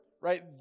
right